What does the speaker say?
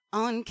on